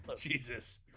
jesus